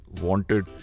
wanted